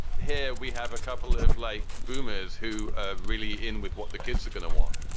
here we have a couple live like boomers who are really in with what the kids are going to want.